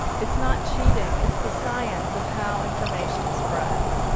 it's not cheating. it's the science of how information spreads.